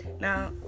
now